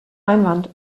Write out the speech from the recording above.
einwand